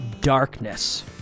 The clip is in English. darkness